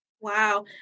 Wow